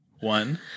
one